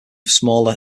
smaller